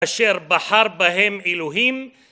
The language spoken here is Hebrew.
אשר בחר בהם אלוהים